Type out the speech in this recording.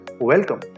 welcome